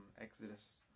Exodus